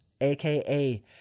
aka